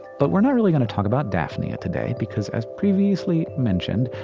but we're not really going to talk about daphnia today because, as previously mentioned.